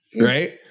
right